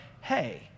hey